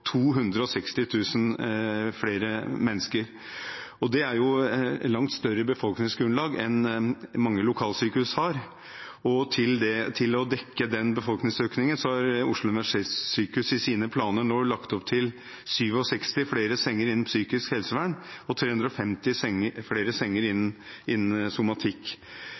flere mennesker. Det er et langt større befolkningsgrunnlag enn mange lokalsykehus har, og til å dekke den befolkningsøkningen har Oslo universitetssykehus i sine planer nå lagt opp til 67 flere senger innen psykisk helsevern og 350 flere senger innen somatikk.